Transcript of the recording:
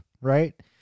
right